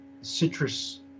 citrus